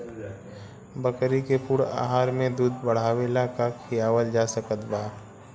बकरी के पूर्ण आहार में दूध बढ़ावेला का खिआवल जा सकत बा?